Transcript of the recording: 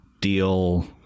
deal